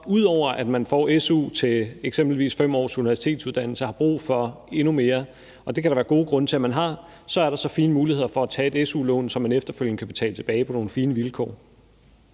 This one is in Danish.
ud over at man får su til eksempelvis 5 års universitetsuddannelse, har brug for endnu mere, og det kan der være gode grunde til at man har, så er der fine muligheder for at tage et su-lån, som man efterfølgende kan betale tilbage på nogle fine vilkår.